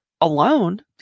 alone